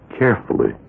carefully